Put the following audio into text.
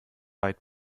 weit